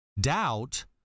doubt